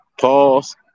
pause